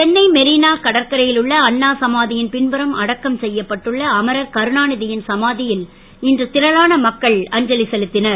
சென்னை மெரினா கடற்கரையில் உள்ள அண்ணா சமாதியின் பின்புறம் அடக்கம் செய்யப்பட்டுள்ள அமரர் கருணாநிதியின் சமாதியில் இன்று திரளான மக்கள் அஞ்சலி செலுத்தினர்